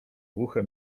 głuche